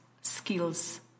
skills